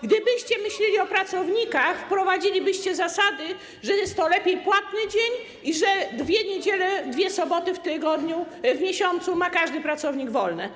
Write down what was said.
Gdybyście myśleli o pracownikach, wprowadzilibyście zasady, że jest to lepiej płatny dzień i że dwie niedziele, dwie soboty w miesiącu każdy pracownik ma wolne.